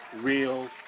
Real